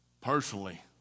personally